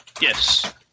Yes